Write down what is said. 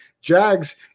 Jags